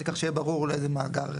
כך שיהיה ברור לאיזה מאגר,